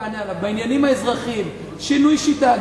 ותענה עליו בעניינים האזרחיים: שינוי שיטה,